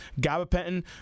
gabapentin